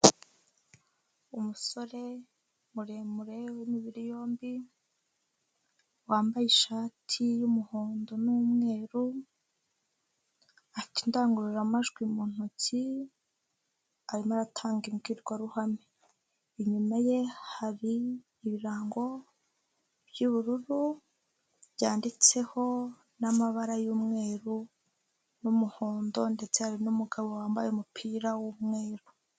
Umusore muremure w'imibiri yombi wambaye ishati y'umuhondo n'umweru, afite indangururamajwi mu ntoki, arimo aratanga imbwirwaruhame, inyuma ye hari ibirango by'ubururu byanditseho n'amabara y'umweru n'umuhondo ndetse hari n'umugabo wambaye umupira w'umweru.